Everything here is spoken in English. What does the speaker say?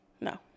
no